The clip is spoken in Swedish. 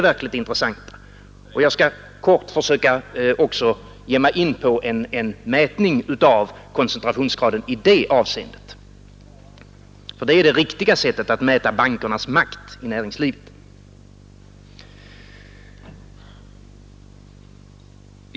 Jag skall i korthet försöka göra en mätning av koncentrationsgraden i det avseendet, för det är det riktiga sättet att mäta bankernas makt i näringslivet.